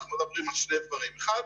אנחנו מדברים על שני דברים: אחד,